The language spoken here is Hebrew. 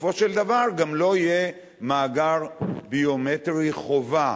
בסופו של דבר גם לא יהיה מאגר ביומטרי חובה.